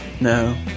no